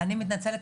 אני מתנצלת,